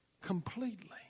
Completely